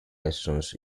lessons